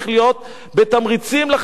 בתמריצים לחיילים שמשרתים.